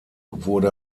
wurde